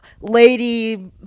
Lady